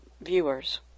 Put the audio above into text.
viewers